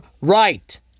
right